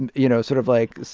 and you know, sort of, like,